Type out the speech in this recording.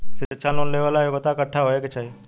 शिक्षा लोन लेवेला योग्यता कट्ठा होए के चाहीं?